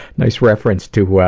nice reference to ah,